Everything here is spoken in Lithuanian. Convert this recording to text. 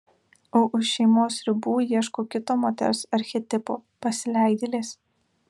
o už šeimos ribų ieško kito moters archetipo pasileidėlės